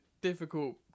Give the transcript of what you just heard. difficult